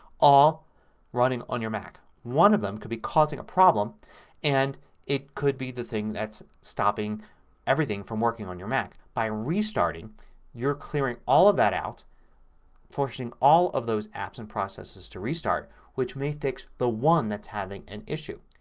all running on your mac. one of them could be causing a problem and it could be the thing that's stopping everything from working on your mac. but by restarting you're clearing all of that out forcing all of those apps and processes to restart which may fix the one that's having an issue.